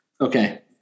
Okay